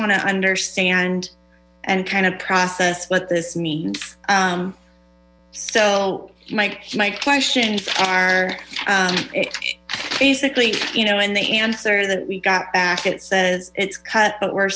want to understand and kind of process what this means so mike my questions are basically you know and the answer that we got back it says it's cut but we're